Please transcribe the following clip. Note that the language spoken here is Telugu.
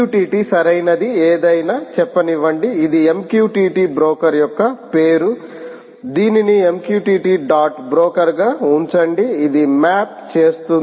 MQTT సరైనది ఏదైనా చెప్పనివ్వండి ఇది MQTT బ్రోకర్ యొక్క పేరు దీనిని MQTT డాట్ బ్రోకర్ గా ఉంచండి ఇది మ్యాప్ చేస్తుంది